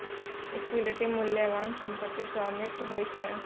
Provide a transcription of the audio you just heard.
equity मूल्यवान संपत्तिक स्वामित्व होइ छै